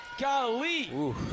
Golly